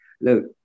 look